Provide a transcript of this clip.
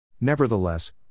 Nevertheless